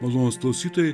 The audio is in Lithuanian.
malonūs klausytojai